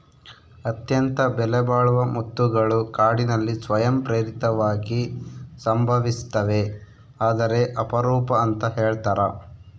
ಅತ್ಯಂತ ಬೆಲೆಬಾಳುವ ಮುತ್ತುಗಳು ಕಾಡಿನಲ್ಲಿ ಸ್ವಯಂ ಪ್ರೇರಿತವಾಗಿ ಸಂಭವಿಸ್ತವೆ ಆದರೆ ಅಪರೂಪ ಅಂತ ಹೇಳ್ತರ